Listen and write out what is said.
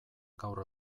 gaur